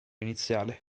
iniziale